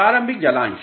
प्रारंभिक जलांश